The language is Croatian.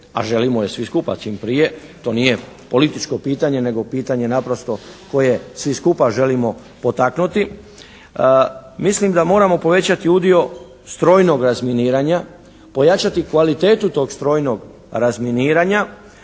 a želimo je svi skupa čim prije. To nije političko pitanje, nego pitanje naprosto koje svi skupa želimo potaknuti. Mislim da moramo povećati udio strojnog razminiranja, pojačati kvalitetu tog strojnog razminiranja,